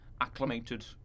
acclimated